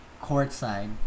Courtside